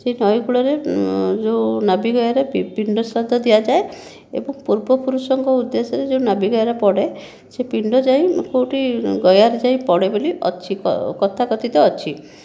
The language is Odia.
ସେ ନଈକୂଳରେ ଯେଉଁ ନାଭିଗୟାରେ ପିଣ୍ଡ ଶ୍ରାଦ୍ଧ ଦିଆଯାଏ ଏବଂ ପୂର୍ବ ପୁରୁଷଙ୍କ ଉଦ୍ଦେଶ୍ୟରେ ଯେଉଁ ନାଭିଗୟାଟା ପଡ଼େ ସେ ପିଣ୍ଡ ଯାଇ କେଉଁଠି ଗୟାରେ ଯାଇପଡ଼େ ବୋଲି ଅଛି କଥାକଥିତ ଅଛି